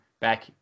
back